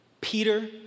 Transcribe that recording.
Peter